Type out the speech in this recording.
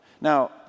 Now